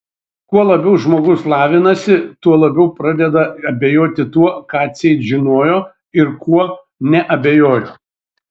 kuo labiau žmogus lavinasi tuo labiau pradeda abejoti tuo ką atseit žinojo ir kuo neabejojo